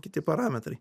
kiti parametrai